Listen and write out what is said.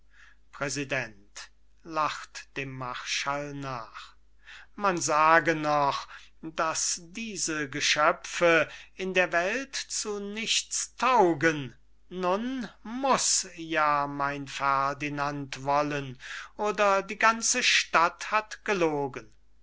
nach man sage noch daß diese geschöpfe in der welt zu nichts taugen nun muß ja mein ferdinand wollen oder die ganze stadt hat gelogen